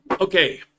Okay